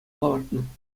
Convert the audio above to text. палӑртнӑ